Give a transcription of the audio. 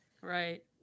Right